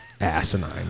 asinine